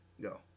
Go